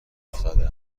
افتاده